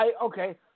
okay